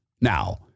now